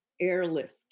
airlift